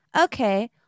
Okay